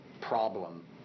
problem